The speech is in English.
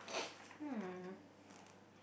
hmm